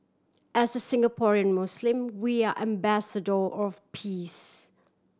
as Singaporean Muslim we are ambassador of peace